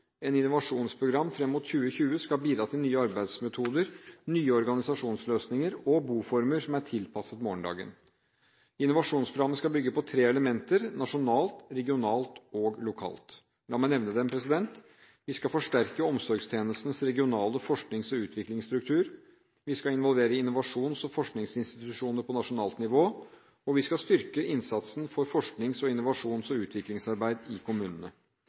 innovasjonsprogram fram mot 2020 skal bidra til nye arbeidsmetoder, nye organisasjonsløsninger og boformer som er tilpasset morgendagen. Innovasjonsprogrammet skal bygge på tre elementer – nasjonalt, regionalt og lokalt. La meg nevne dem: Vi skal forsterke omsorgstjenestenes regionale forsknings- og utviklingsstruktur, vi skal involvere innovasjons- og forskningsinstitusjoner på nasjonalt nivå, og vi skal styrke innsatsen for forsknings-, innovasjons- og utviklingsarbeid i kommunene.